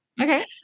Okay